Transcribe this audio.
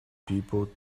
people